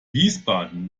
wiesbaden